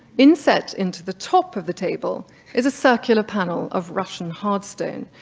inset into the top of the table is a circular panel of russian hard stone,